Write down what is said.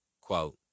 Quote